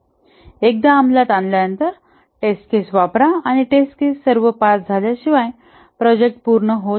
एकदा अंमलात आणल्यानंतर टेस्ट केस वापरा आणि टेस्ट केस सर्व पास झाल्याशिवाय प्रोजेक्ट पूर्ण होत नाही